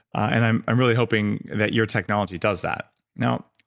and i'm i'm really hoping that your technology does that. now,